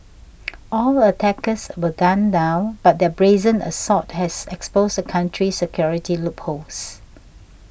all attackers were gunned down but their brazen assault has exposed the country's security loopholes